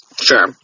Sure